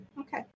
Okay